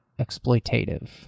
exploitative